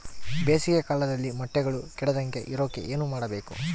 ಬೇಸಿಗೆ ಕಾಲದಲ್ಲಿ ಮೊಟ್ಟೆಗಳು ಕೆಡದಂಗೆ ಇರೋಕೆ ಏನು ಮಾಡಬೇಕು?